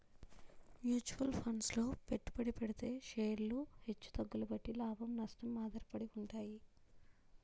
mutual funds లో పెట్టుబడి పెడితే షేర్లు హెచ్చు తగ్గుల బట్టి లాభం, నష్టం ఆధారపడి ఉంటాయి